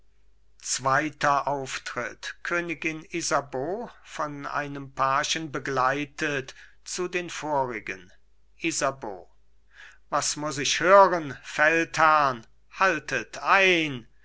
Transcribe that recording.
zweiter auftritt königin isabeau von einem pagen begleitet zu den vorigen isabeau was muß ich hören feldherrn haltet ein